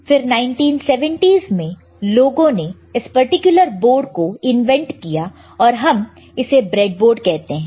फिर 1970's में लोगों ने इस पर्टिकुलर बोर्ड को इन्वेंट किया और हम इसे ब्रेडबोर्ड कहते हैं